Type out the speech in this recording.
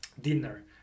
dinner